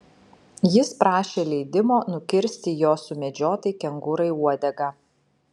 jis prašė leidimo nukirsti jo sumedžiotai kengūrai uodegą